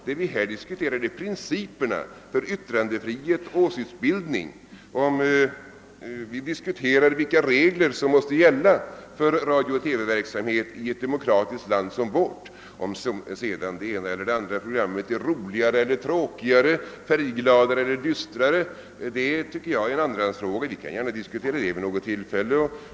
Vad vi här diskuterar är principerna för yttrandefrihet och åsiktsbildning och de regler som måste gälla för radiooch TV-verksamhet i ett demokratiskt land som vårt. Om sedan det ena eller det andra programmet är roligare eller tråkigare, färggladare eller dystrare, tycker jag är en andrahandsfråga — men vi kan gärna diskutera den vid något tillfälle.